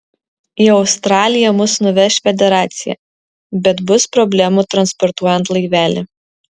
į australiją mus nuveš federacija bet bus problemų transportuojant laivelį